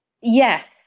Yes